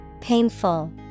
Painful